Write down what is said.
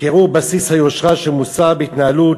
כערעור בסיס היושרה של מוסד בהתנהלות